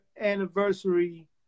anniversary